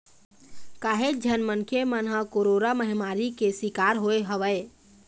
काहेच झन मनखे मन ह कोरोरा महामारी के सिकार होय हवय